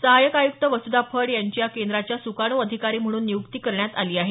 सहाय्यक आयुक्त वसुधा फड यांची या केंद्राच्या सुकाणू अधिकारी म्हणून नियुक्ती करण्यात आली आहे